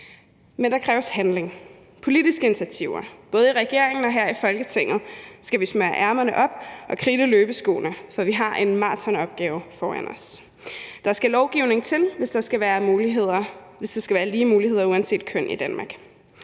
Men der kræves handling, politiske initiativer. Både i regeringen og her i Folketinget skal vi smøge ærmerne op og kridte løbeskoene, for vi har en maratonopgave foran os. Der skal lovgivning til, hvis der skal være lige muligheder uanset køn i Danmark.